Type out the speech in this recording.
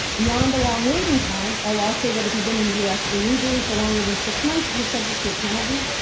beyond the long waiting time, our laws say that if you've been in the u. s. illegally for longer than six months, you're subject to a penalty,